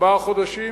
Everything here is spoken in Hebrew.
ארבעה חודשים,